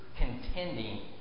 contending